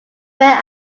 where